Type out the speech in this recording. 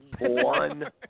one